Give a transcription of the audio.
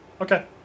Okay